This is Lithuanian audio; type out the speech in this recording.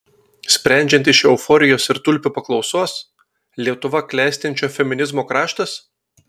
sprendžiant iš euforijos ir tulpių paklausos lietuva klestinčio feminizmo kraštas